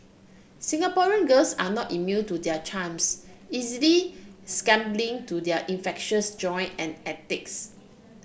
Singaporean girls are not immune to their charms easily succumbing to their infectious joy and antics